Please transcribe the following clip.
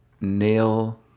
nail